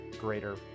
greater